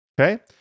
Okay